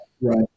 right